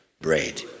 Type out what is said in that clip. Bread